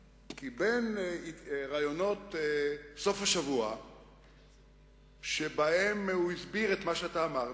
כי מאז ראיונות סוף השבוע שבהם הוא הסביר את מה שאתה אמרת,